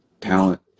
talent